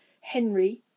Henry